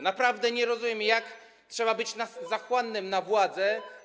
Naprawdę nie rozumiem, jak trzeba być zachłannym na władzę.